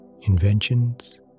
inventions